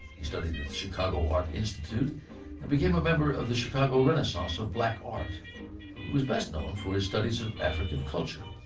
he studied in the chicago art institute and became a member of the chicago renaissance of black art. he was best known for his studies of african culture,